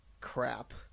crap